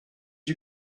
you